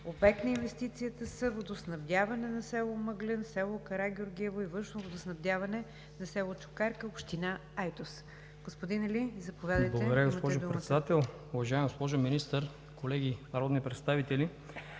Обект на инвестицията са водоснабдяването на село Мъглен, село Карагеоргиево и външното водоснабдяване на село Чукарка, община Айтос. Господин Али, заповядайте. СЕВИМ АЛИ (ДПС): Благодаря Ви, госпожо Председател. Уважаема госпожо Министър, колеги народни представители!